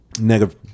negative